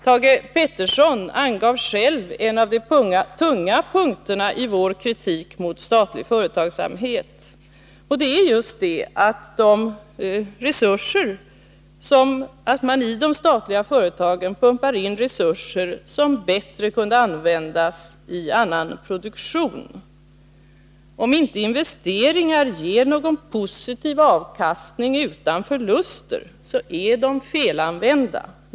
Thage Peterson angav själv en av de tunga punkterna i vår kritik mot statlig företagsamhet, och det är just att man i de statliga företagen pumpar in resurser som bättre kunde användas i annan produktion. Om inte investeringar ger någon positiv avkastning, utan förluster, är de fel använda.